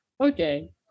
Okay